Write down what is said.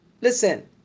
Listen